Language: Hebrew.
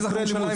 שינוי.